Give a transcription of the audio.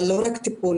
אבל לא רק טיפול,